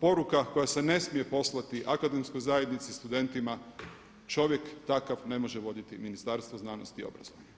poruka koja se ne smije poslati akademskoj zajednici, studentima, čovjek takav ne može voditi Ministarstvo znanosti i obrazovanja.